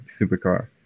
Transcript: supercar